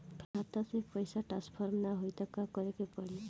खाता से पैसा ट्रासर्फर न होई त का करे के पड़ी?